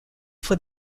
for